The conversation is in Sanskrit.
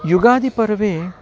युगादिपर्वे